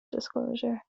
disclosure